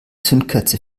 zündkerze